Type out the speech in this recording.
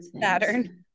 Saturn